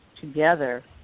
together